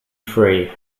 free